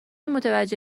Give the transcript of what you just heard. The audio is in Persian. متوجه